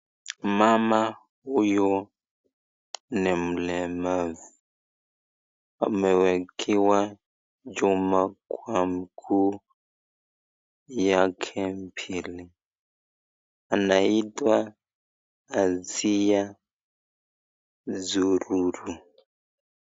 Mama huyu ni mlemavu, amewekewa chuma kwa mguu yake ya pili. Anaitwa Asiya Sururu.